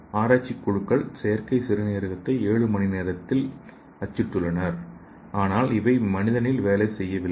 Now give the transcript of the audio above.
ஆராய்ச்சி குழுக்கள் செயற்கை சிறுநீரகத்தை ஏழு மணி நேரத்தில் அச்சிட்டுள்ளனர் ஆனால் இவை மனிதனில் வேலை செய்யவில்லை